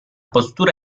postura